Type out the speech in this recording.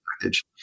package